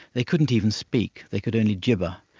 they couldn't even speak, they could only gibber.